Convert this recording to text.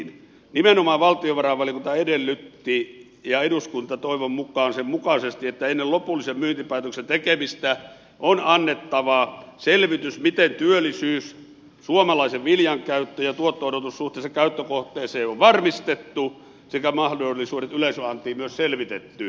nimenomaan valtiovarainvaliokunta edellytti ja eduskunta toivon mukaan sen mukaisesti että ennen lopullisen myyntipäätöksen tekemistä on annettava selvitys miten työllisyys ja suomalaisen viljan käyttö ja tuotto odotus suhteessa käyttökohteeseen on varmistettu sekä mahdollisuudet yleisöantiin myös selvitetty